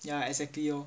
yeah exactly orh